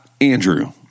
Andrew